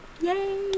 Yay